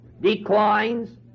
declines